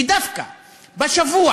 שדווקא בשבוע